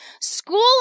School